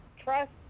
trust